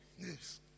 Yes